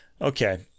Okay